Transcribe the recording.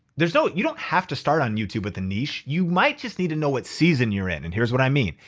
so you don't have to start on youtube with a niche, you might just need to know what season you're in and here's what i mean.